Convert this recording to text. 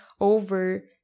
over